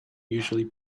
usually